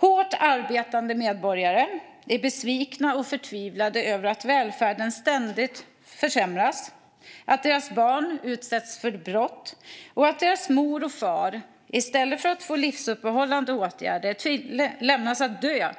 Hårt arbetande medborgare är besvikna och förtvivlade över att välfärden ständigt försämras, att deras barn utsätts för brott och att deras mor och far i stället för att få livsuppehållande åtgärder lämnas att dö